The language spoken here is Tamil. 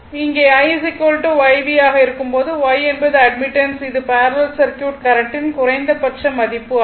இங்கே I Y V ஆக இருக்கும் போது Y என்பது அட்மிட்டன்ஸ் இது பேரலல் சர்க்யூட் கரண்ட்டின் குறைந்தபட்ச மதிப்பு ஆகும்